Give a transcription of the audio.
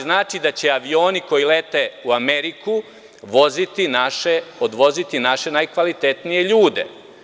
Znači da će avioni koji lete u Ameriku voziti, odvoziti naše najkvalitetnije ljude.